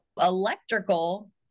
electrical